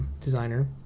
designer